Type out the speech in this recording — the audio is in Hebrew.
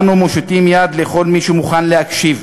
אנו מושיטים יד לכל מי שמוכן להקשיב,